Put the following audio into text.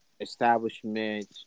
establishment